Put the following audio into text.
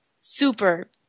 super